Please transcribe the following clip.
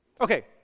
Okay